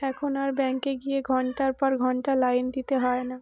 এখন আর ব্যাংকে গিয়ে ঘণ্টার পর ঘণ্টা লাইন দিতে হয় না